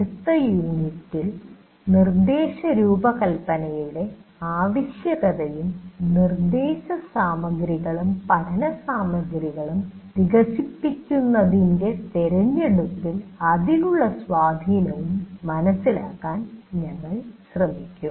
അടുത്ത യൂണിറ്റിൽ നിർദ്ദേശരൂപകല്പനയുടെ ആവശ്യകതയും നിർദ്ദേശസാമഗ്രികളും പഠനസാമഗ്രികളും വികസിപ്പിക്കുന്നതിൻറെ തിരഞ്ഞെടുപ്പിൽ അതിനുള്ള സ്വാധീനവും മനസ്സിലാക്കാൻ ഞങ്ങൾ ശ്രമിക്കും